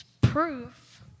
proof